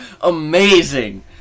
amazing